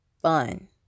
fun